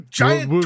giant